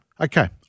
Okay